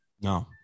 No